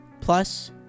plus